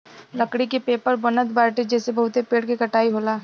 लकड़ी के पेपर बनत बाटे जेसे बहुते पेड़ के कटाई होला